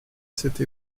cette